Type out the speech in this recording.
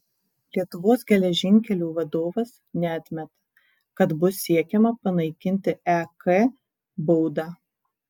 lietuvos geležinkelių vadovas neatmeta kad bus siekiama panaikinti ek baudą